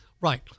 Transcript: Right